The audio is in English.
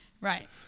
Right